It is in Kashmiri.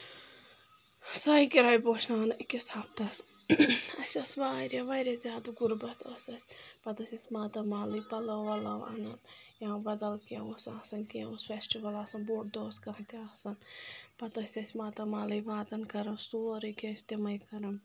سوے کِراے بوشناوَان أکِس ہَفتَس اَسہِ ٲسہِ ٲسۍ واریاہ واریاہ زیادٕ غُربَتھ ٲس اَسہِ پَتہٕ ٲسۍ أسۍ ماتامال پَلو وَلو اَنَان یا بَدَل کینٛہہ اوس آسان کینٛہہ اوس فیسٹِوَل آسان بوٚڑ دوس کانٛہہ تہِ آسان پَتہٕ ٲسۍ اَسہِ ماتامالٕے واتان کَران سورُے کینٛہہ ٲسۍ تِمے کَران